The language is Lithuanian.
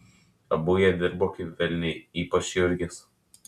abu jie dirbo kaip velniai ypač jurgis